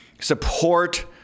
support